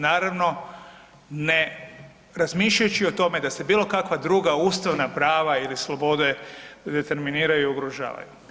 Naravno ne razmišljajući o tome da se bilo kakva druga ustavna prava ili slobode determiniraju i ugrožavaju.